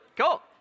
Cool